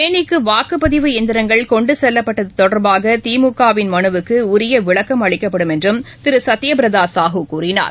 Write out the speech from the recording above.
தேனிக்கு வாக்குப்பதிவு இயந்திரங்கள் கொண்டுச் செல்லப்பட்டது தொடர்பாக திமுகவின் மனுவுக்கு உரிய விளக்கம் அளிக்கப்படும் என்றும் திரு சத்ய பிரதா சாஹூ கூறினார்